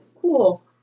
Cool